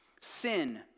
sin